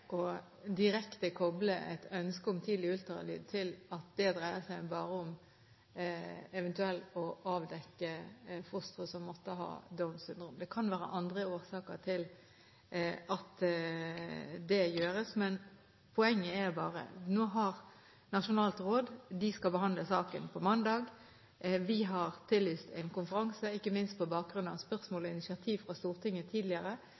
at det eventuelt bare dreier seg om å avdekke fostre som måtte ha Downs syndrom. Det kan være andre årsaker til at det gjøres. Poenget er bare at Nasjonalt råd skal behandle saken på mandag, og vi har tillyst en konferanse. Ikke minst på bakgrunn av spørsmål og initiativ fra Stortinget tidligere